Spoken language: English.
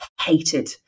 hated